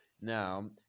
Now